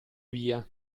via